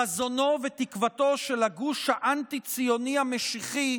חזונו ותקוותו של הגוש האנטי-הציוני המשיחי,